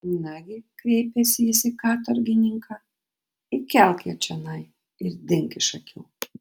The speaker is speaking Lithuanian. nagi kreipėsi jis į katorgininką įkelk ją čionai ir dink iš akių